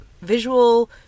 visual